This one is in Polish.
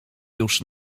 już